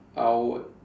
I would